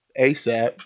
ASAP